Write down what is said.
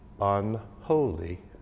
unholy